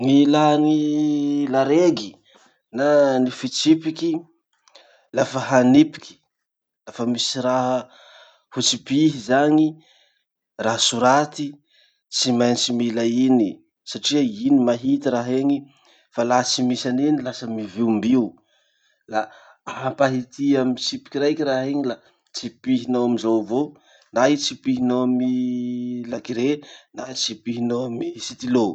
Gny ilà gny laregy na ny fitsipiky, lafa hanipiky, lafa misy raha ho tsipihy zany, raha soraty tsy maintsy mila iny, satria iny mahity raha iny, fa laha tsy misy an'iny lasa miviombio. La ampahity amy tsipiky raiky raha iny la tsipihinao amizao avao, na i tsipihinao amy lakire na i tsipihinao amy sitilô.